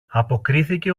αποκρίθηκε